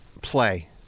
play